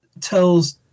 tells